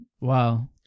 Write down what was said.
Wow